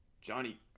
Johnny